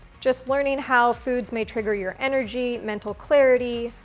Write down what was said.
just learning how foods may trigger your energy, mental clarity,